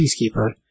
Peacekeeper